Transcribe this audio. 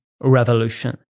revolution